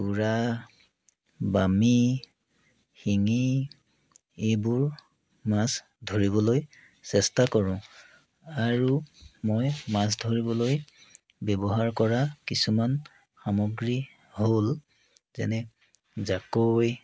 উৰা বামি শিঙি এইবোৰ মাছ ধৰিবলৈ চেষ্টা কৰোঁ আৰু মই মাছ ধৰিবলৈ ব্যৱহাৰ কৰা কিছুমান সামগ্ৰী হ'ল যেনে জাকৈ